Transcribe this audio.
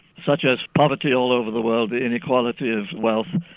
such as poverty all over the world, inequality of wealth,